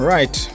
Right